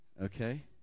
Okay